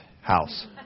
house